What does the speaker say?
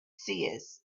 seers